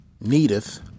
needeth